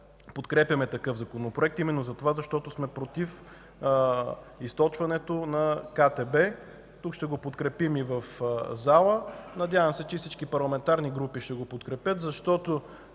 подкрепяме такъв законопроект именно защото сме против източването на КТБ. Ще го подкрепим и в залата. Надявам се че и всички парламентарни групи ще го подкрепят, защото